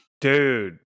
Dude